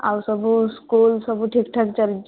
ଆଉ ସବୁ ସ୍କୁଲ ସବୁ ଠିକଠାକ ଚାଲିଛି